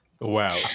Wow